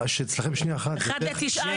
אחד לתשעה